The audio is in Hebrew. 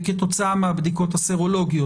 כתוצאה מהבדיקות הסרולוגיות.